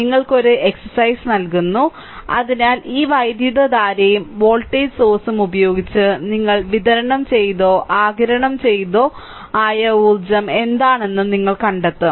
നിങ്ങൾക്ക് ഒരു വ്യായാമം നൽകുന്നു അതിനാൽ ഈ വൈദ്യുതധാരയും വോൾട്ടേജ് സോഴ്സും ഉപയോഗിച്ച് നിങ്ങൾ വിതരണം ചെയ്തതോ ആഗിരണം ചെയ്തതോ ആയ ഊർജ്ജം എന്താണെന്നും നിങ്ങൾ കണ്ടെത്തും